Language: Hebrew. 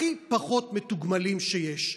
הכי פחות מתוגמלים שיש.